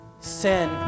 sin